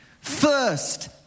First